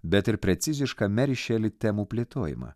bet ir precizišką meri šeli temų plėtojimą